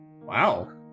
Wow